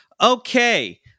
Okay